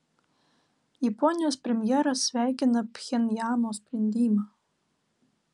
japonijos premjeras sveikina pchenjano sprendimą